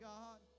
God